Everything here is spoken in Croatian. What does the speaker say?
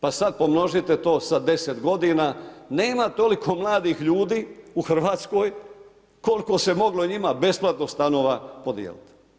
Pa sad pomnožite to sa 10 godine, nema toliko mladih ljudi u RH koliko se moglo njima besplatno stanova podijeliti.